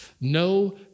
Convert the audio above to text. No